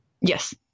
Yes